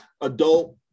adult